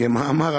כמאמר המדרש: